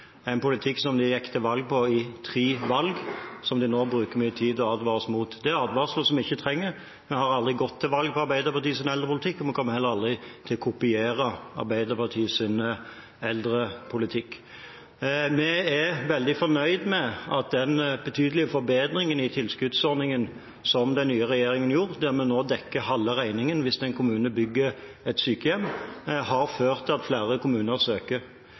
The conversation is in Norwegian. en politikk som de gikk til valg på i tre valg, og som de nå bruker mye tid på å advare oss mot. Dette er advarsler som vi ikke trenger. Vi har aldri gått til valg på Arbeiderpartiets eldrepolitikk, og vi kommer heller aldri til å kopiere Arbeiderpartiets eldrepolitikk. Vi er veldig fornøyde med at den betydelige forbedringen av tilskuddsordningen som den nye regjeringen gjorde, der vi nå dekker halve regningen hvis en kommune bygger et sykehjem, har ført til at flere kommuner søker.